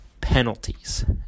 penalties